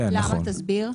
נכון.